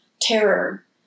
terror